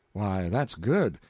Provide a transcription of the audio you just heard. why, that's good.